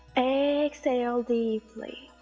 exhale deeply